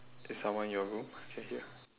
is someone in your room can hear